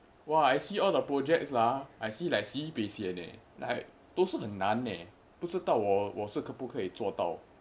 !wah! I see all the projects ah I see like sibeh sian eh like 都是很难都不知道我是可不可以做到